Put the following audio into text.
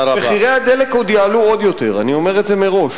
מחירי הדלק יעלו עוד יותר, אני אומר את זה מראש,